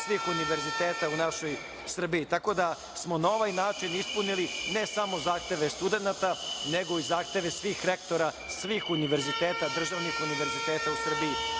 svih univerziteta u našoj Srbiji, tako da smo na ovaj način ispunili ne samo zahteve studenata, nego i zahteve svih rektora svih univerziteta, državnih univerziteta u Srbiji. Još